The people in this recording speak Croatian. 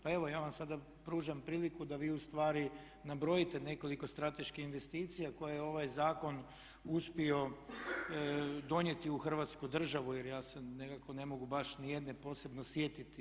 Pa evo ja vam sada pružam priliku da vi ustvari nabrojite nekoliko strateških investicija koje je ovaj zakon uspio donijeti u Hrvatsku državu jer ja se nekako ne mogu baš nijedne posebno sjetiti.